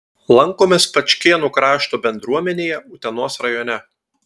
lankomės pačkėnų krašto bendruomenėje utenos rajone